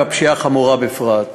ועם הפשיעה החמורה בפרט.